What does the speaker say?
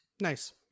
Nice